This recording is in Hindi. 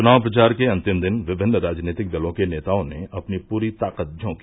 च्नाव प्रचार के अन्तिम दिन विभिन्न राजनीतिक दलों के नेताओं ने अपनी पूरी ताकत झॉकी